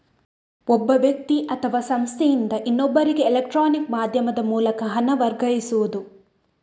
ಒಬ್ಬ ವ್ಯಕ್ತಿ ಅಥವಾ ಸಂಸ್ಥೆಯಿಂದ ಇನ್ನೊಬ್ಬರಿಗೆ ಎಲೆಕ್ಟ್ರಾನಿಕ್ ಮಾಧ್ಯಮದ ಮೂಲಕ ಹಣ ವರ್ಗಾಯಿಸುದು